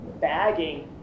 bagging